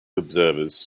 observers